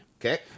Okay